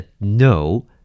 no